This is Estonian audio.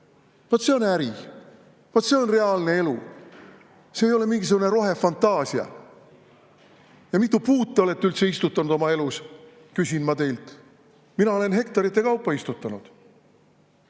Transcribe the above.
see on äri, vot see on reaalne elu, see ei ole mingisugune rohefantaasia! Ja mitu puud te olete üldse istutanud oma elus, küsin ma teilt. Mina olen hektarite kaupa istutanud.